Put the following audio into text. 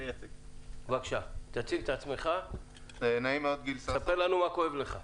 בבקשה, תספר לנו מה כואב לך.